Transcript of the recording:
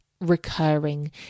recurring